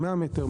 100 מטר,